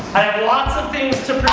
lots of things to